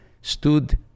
stood